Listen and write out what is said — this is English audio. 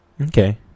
Okay